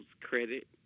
credit